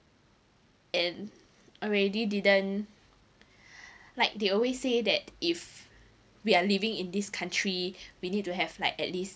and already didn't like they always say that if we are living in this country we need to have like at least